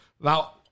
Now